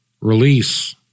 release